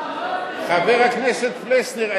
חבר הכנסת פלסנר,